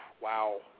wow